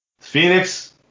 Phoenix